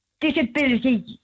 disability